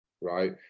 right